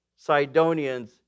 Sidonians